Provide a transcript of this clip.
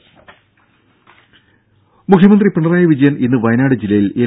രുര മുഖ്യമന്ത്രി പിണറായി വിജയൻ ഇന്ന് വയനാട് ജില്ലയിൽ എൽ